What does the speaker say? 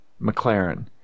McLaren